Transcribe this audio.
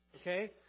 Okay